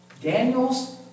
Daniel's